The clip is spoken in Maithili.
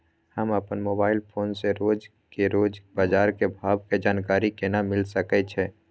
हम अपन मोबाइल फोन से रोज के रोज बाजार के भाव के जानकारी केना मिल सके छै?